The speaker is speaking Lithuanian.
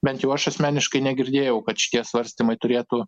bent jau aš asmeniškai negirdėjau kad šitie svarstymai turėtų